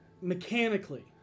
Mechanically